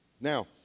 Now